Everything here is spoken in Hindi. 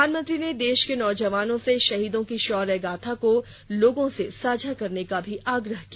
प्रधानमंत्री ने देश के नौजवानों से शहीदों की शौर्य गाथा को लोगों से साझा करने का आग्रह किया